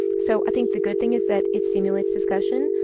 so i think the good thing is that it stimulates discussion.